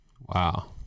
Wow